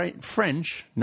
French